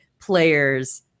players